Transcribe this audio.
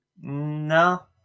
No